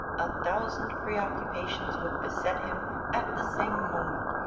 a thousand preoccupations would beset him at the same moment,